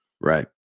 Right